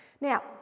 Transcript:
Now